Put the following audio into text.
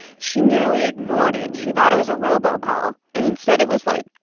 she nearly ignored it. she thought it was a robocall and instead it was, like,